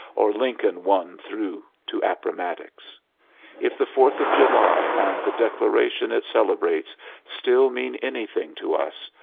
or lincoln won through to appomattox. if the fourth of july and the declaration it celebrates still mean anything to us,